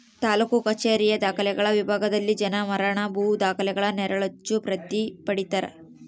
ತಾಲೂಕು ಕಛೇರಿಯ ದಾಖಲೆಗಳ ವಿಭಾಗದಲ್ಲಿ ಜನನ ಮರಣ ಭೂ ದಾಖಲೆಗಳ ನೆರಳಚ್ಚು ಪ್ರತಿ ಪಡೀತರ